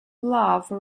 love